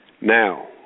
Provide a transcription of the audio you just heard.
Now